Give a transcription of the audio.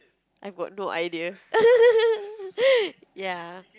I've got no idea ya